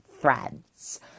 threads